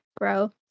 grow